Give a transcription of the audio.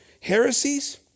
Heresies